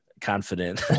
confident